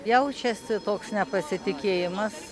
jaučiasi toks nepasitikėjimas